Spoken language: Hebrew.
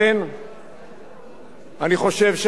אני חושב שהצעת החוק היום מיותרת,